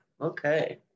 Okay